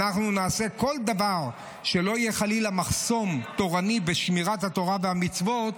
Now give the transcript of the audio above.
אנחנו נעשה כל דבר שלא יהיה חלילה מחסום תורני בשמירת התורה והמצוות,